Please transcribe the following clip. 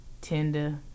Tinder